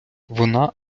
вона